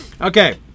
Okay